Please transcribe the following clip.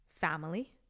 family